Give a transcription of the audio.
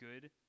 good